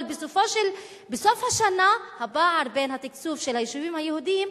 אבל בסוף השנה הפער בין התקצוב של היישובים היהודיים,